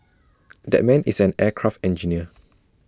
that man is an aircraft engineer